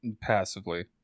Passively